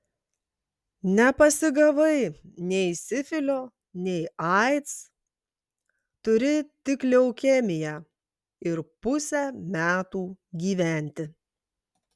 nepasigavai nei sifilio nei aids turi tik leukemiją ir pusę metų gyventi